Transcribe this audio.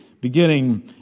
beginning